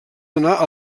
donar